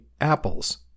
apples